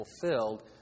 fulfilled